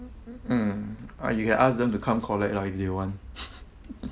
mm or you can ask them to come collect lah if you want